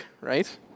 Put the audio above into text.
right